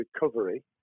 recovery